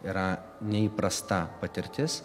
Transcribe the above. yra neįprasta patirtis